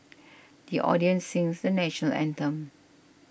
the audience sings the National Anthem